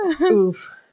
Oof